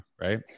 right